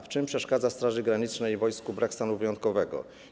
W czym przeszkadza Straży Granicznej i wojsku brak stanu wyjątkowego?